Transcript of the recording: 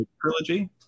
Trilogy